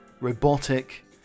robotic